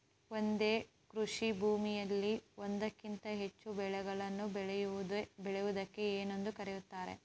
ಒಂದೇ ಕೃಷಿಭೂಮಿಯಲ್ಲಿ ಒಂದಕ್ಕಿಂತ ಹೆಚ್ಚು ಬೆಳೆಗಳನ್ನು ಬೆಳೆಯುವುದಕ್ಕೆ ಏನೆಂದು ಕರೆಯುತ್ತಾರೆ?